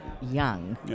young